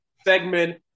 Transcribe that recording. segment